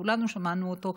וכולנו שמענו אותו,